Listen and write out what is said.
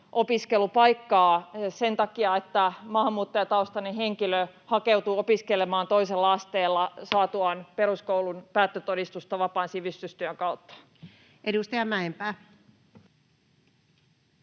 opiskelupaikkaa sen takia, että maahanmuuttajataustainen henkilö hakeutuu opiskelemaan toisella asteella saatuaan peruskoulun päättötodistuksen vapaan sivistystyön kautta. [Speech